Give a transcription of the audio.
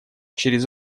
через